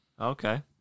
Okay